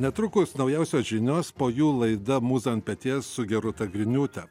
netrukus naujausios žinios po jų laida mūza ant peties su gerūta griniūte